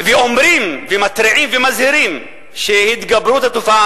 ואומרים ומתריעים ומזהירים שהתגברות התופעה